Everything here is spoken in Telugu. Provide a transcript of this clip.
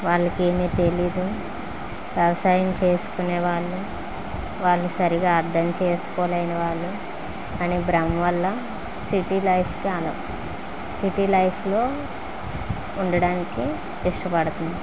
వాళ్ళకి ఏమి తెలియదు వ్యవసాయం చేసుకునే వాళ్ళు వాళ్ళు సరిగా అర్థం చేసుకోలేని వాళ్ళు అనే భ్రమ వల్ల సిటీ లైఫ్ కాను సిటీ లైఫ్లో ఉండడానికి ఇష్టపడుతు